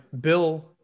Bill